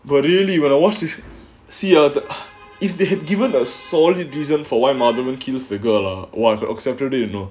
but really when I watched you should see the if they had given a solid reason for why madhavan kills the girl a !wah! I would have accepted it you know